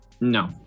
no